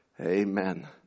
Amen